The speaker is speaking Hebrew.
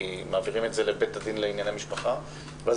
כי מעבירים את זה לבית הדין לענייני משפחה ואז